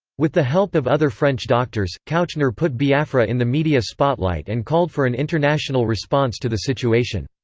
with the help of other french doctors, kouchner put biafra in the media spotlight and called for an international response to the situation.